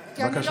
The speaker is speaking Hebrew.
בבקשה.